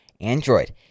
Android